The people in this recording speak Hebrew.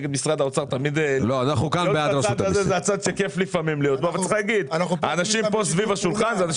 האנשים סביב השולחן כאן,